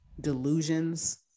delusions